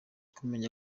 kumenya